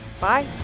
Bye